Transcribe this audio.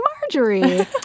Marjorie